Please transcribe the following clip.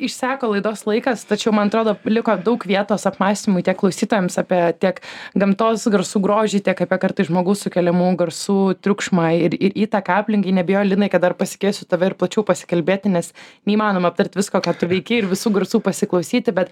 išseko laidos laikas tačiau man atrodo liko daug vietos apmąstymui tiek klausytojams apie tiek gamtos garsų grožį tiek apie kartais žmogaus sukeliamų garsų triukšmą ir ir įtaką aplinkai neabejoju linai kad dar pasikviesiu tave ir plačiau pasikalbėti nes neįmanoma aptart visko ką tu veiki ir visų garsų pasiklausyti bet